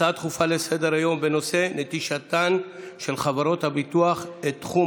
הצעות דחופה לסדר-היום בנושא: נטישתן של חברות הביטוח את תחום